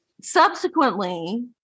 subsequently